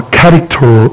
character